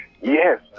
Yes